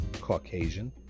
Caucasian